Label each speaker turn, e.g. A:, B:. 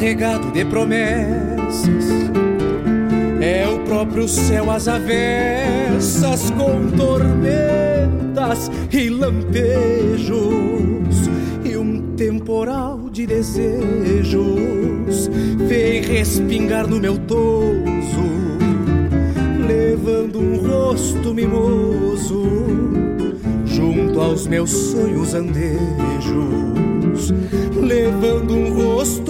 A: de promessas. É o próprio céu às avessas, com tormentas e lampejos, e um temporal de desejos. Vem respingar no meu toso, levando um rosto mimoso, junto aos meus sonhos andejos. Levando um rosto